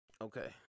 Okay